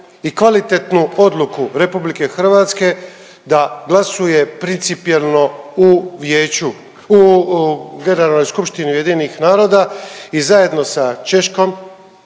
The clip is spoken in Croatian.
i kvalitetnu odluku RH da glasuje principijelno u vijeću, u generalnoj skupštini UN-a i zajedno sa Češkom,